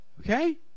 okay